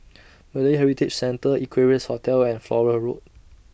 Malay Heritage Centre Equarius Hotel and Flora Road